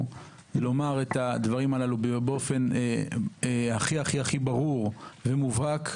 ולומר את הדברים הללו באופן הכי ברור ומובהק.